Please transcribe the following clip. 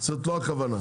זאת לא הכוונה.